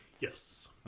Yes